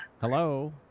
Hello